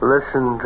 Listen